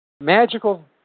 magical